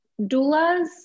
doulas